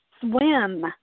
swim